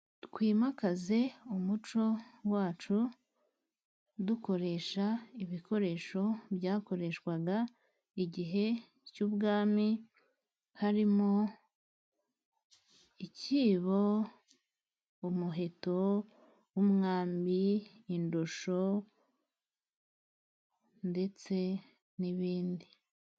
Twimakaze umuco wacu dukoresha ibikoresho byakoreshwaga igihe cy'ubwami harimo, icyibo, umuheto, umwambi, indusho ndetse n'ibindi.